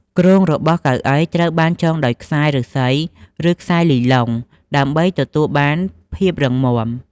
គ្រោងរបស់កៅអីត្រូវបានចងដោយខ្សែឫស្សី ឬ ខ្សែលីឡុង ដើម្បីទទួលបានភាពរឹងមាំ។